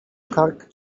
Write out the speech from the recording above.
kark